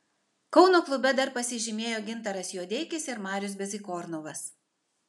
kauno klube dar pasižymėjo gintaras juodeikis ir marius bezykornovas